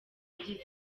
byiza